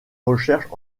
recherches